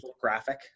graphic